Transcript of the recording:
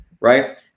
right